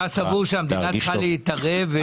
אתה סבור שהמדינה צריכה להתערב?